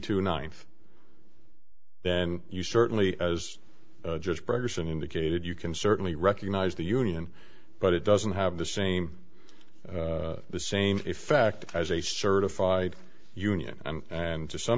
two ninth then you certainly as just bergersen indicated you can certainly recognize the union but it doesn't have the same the same effect as a certified union and to some